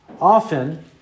often